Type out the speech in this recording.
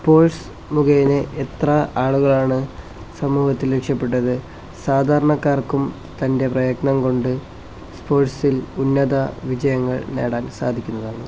sports മുഖേന എത്ര ആളുകളാണ് സമൂഹത്തിൽ രക്ഷപ്പെട്ടത് സാധാരണക്കാർക്കും തൻ്റെ പ്രയത്നം കൊണ്ട് സ്പോർട്സിൽ ഉന്നത വിജയങ്ങൾ നേടാൻ സാധിക്കുന്നതാണ്